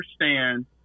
understand